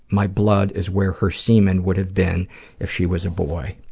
my blood is where her semen would have been if she was a boy.